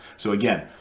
so again,